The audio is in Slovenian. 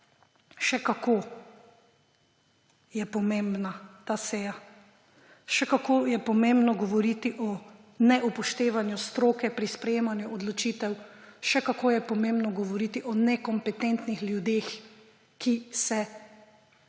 še kako je pomembna ta seja. Še kako je pomembno govoriti o neupoštevanju stroke pri sprejemanju odločitev. Še kako je pomembno govoriti o nekompetentnih ljudeh, ki se jih